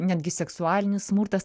netgi seksualinis smurtas